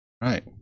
right